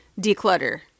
Declutter